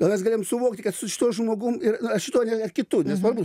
gal mes galėjom suvokti kad su šituo žmogum ir na šitu ar kitu nesvarbu